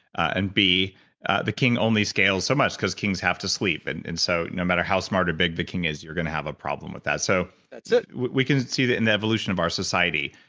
and b the king only scales so much, cause kings have to sleep, and and so no matter how smart or big the king is, you're going to have a problem with that. so that's it we can see that in the evolution of our society,